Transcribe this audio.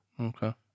Okay